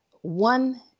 One